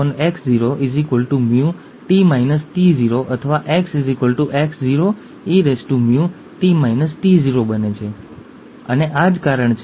તેથી જો આ બંને સમાનધર્મી રંગસૂત્રો હોય તો મૂડી T એ જનીન છે અને નાનો t એ બીજું જનીન છે